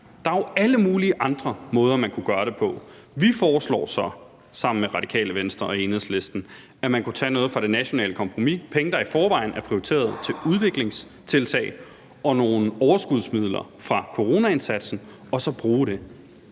Der er alle mulige andre måder, man kunne gøre det på. Vi foreslår så sammen med Radikale Venstre og Enhedslisten, at man kunne tage noget fra det nationale kompromis, penge, der i forvejen er prioriteret til udviklingstiltag, og nogle overskudsmidler fra coronaindsatsen og så bruge det.